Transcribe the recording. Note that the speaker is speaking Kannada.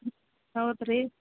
ಹ್ಞೂ ಹೌದ್ ರೀ